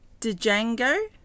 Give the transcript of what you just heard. Django